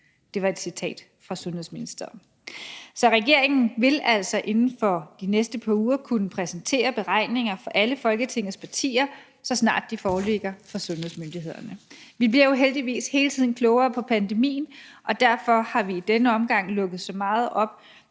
Det var et citat fra sundhedsministeren. Så regeringen vil altså inden for de næste par uger kunne præsentere beregninger for alle Folketingets partier, så snart de foreligger fra sundhedsmyndighederne. Vi bliver jo heldigvis hele tiden klogere på pandemien, og derfor har vi i denne omgang lukket så meget op